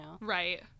Right